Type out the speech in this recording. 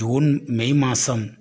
June May മാസം